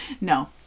No